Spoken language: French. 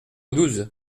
douze